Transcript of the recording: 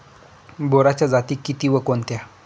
बोराच्या जाती किती व कोणत्या?